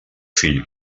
fill